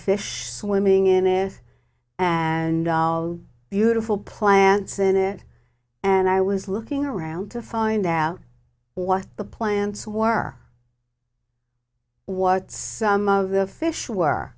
fish swimming in it and how beautiful plants in it and i was looking around to find out what the plants who are what some of the fish were